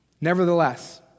Nevertheless